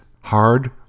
hard